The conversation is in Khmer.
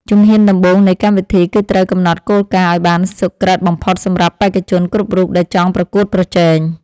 ជំហានដំបូងនៃកម្មវិធីគឺត្រូវកំណត់គោលការណ៍ឱ្យបានសុក្រឹតបំផុតសម្រាប់បេក្ខជនគ្រប់រូបដែលចង់ប្រកួតប្រជែង។